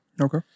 Okay